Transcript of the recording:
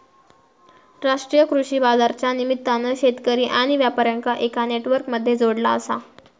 राष्ट्रीय कृषि बाजारच्या निमित्तान शेतकरी आणि व्यापार्यांका एका नेटवर्क मध्ये जोडला आसा